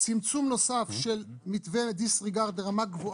צמצום נוסף של מתווה הדיס ריגרד ברמה גבוה